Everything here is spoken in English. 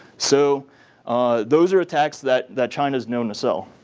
so those are attacks that that china is known to sell.